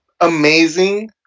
amazing